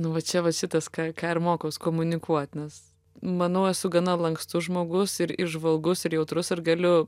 nu va čia va šitas ką ką ir mokaus komunikuot nes manau esu gana lankstus žmogus ir įžvalgus ir jautrus ir galiu